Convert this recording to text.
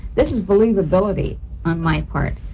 this is believability on my part.